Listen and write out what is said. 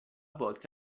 volte